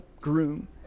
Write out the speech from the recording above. groom